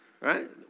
right